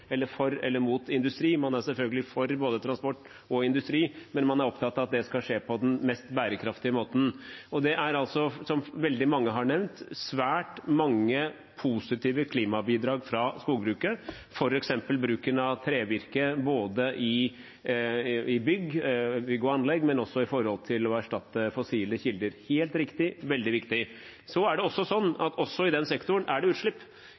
eller for eller imot industri. Man er selvfølgelig for både transport og industri, men man er opptatt av at det skal skje på den mest bærekraftige måten. Det er, som veldig mange har nevnt, svært mange positive klimabidrag fra skogbruket, f.eks. bruken av trevirke i bygg og anlegg, og også det å erstatte fossile kilder. Det er helt riktig og veldig viktig. Så er det sånn at også i den sektoren er det utslipp.